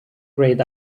grayed